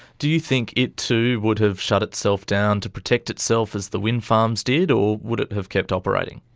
do you think it too would have shut itself down to protect itself as the wind farms did or would it have kept operating?